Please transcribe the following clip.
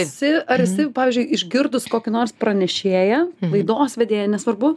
esi ar esi pavyzdžiui išgirdus kokį nors pranešėją laidos vedėją nesvarbu